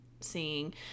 seeing –